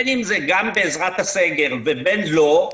בין אם זה גם בעזרת הסגר ובין אם לא,